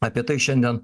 apie tai šiandien